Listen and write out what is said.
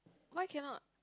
why cannot